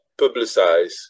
publicize